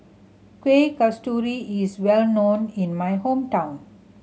Kuih Kasturi is well known in my hometown